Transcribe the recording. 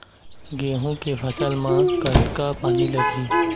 गेहूं के फसल म कतका पानी लगही?